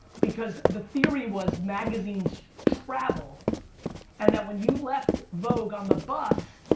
because the theory was magazines travel and that when you left vogue on the bus,